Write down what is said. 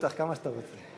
בטח, כמה שאתה רוצה.